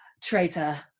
Traitor